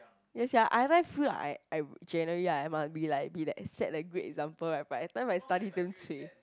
ya sia I everytime feel I I generally like I must be like be the a set a great example right but by the time I study damn cui